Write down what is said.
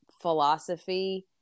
philosophy